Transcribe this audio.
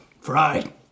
Fried